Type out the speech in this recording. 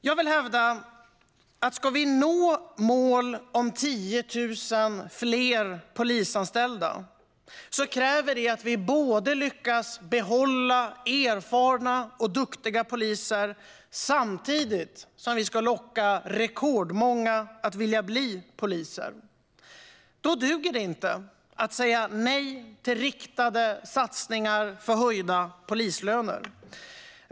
Jag vill hävda att ska vi nå mål om 10 000 fler polisanställda kräver det att vi lyckas behålla erfarna och duktiga poliser samtidigt som vi ska locka rekordmånga att vilja bli poliser. Då duger inte att säga nej till riktade satsningar för höjda polislöner.